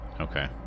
Okay